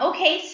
Okay